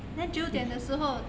then 九点的时候